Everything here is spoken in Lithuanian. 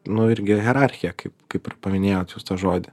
nu irgi hierarchiją kaip kaip ir paminėjot jūs tą žodį